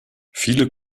viele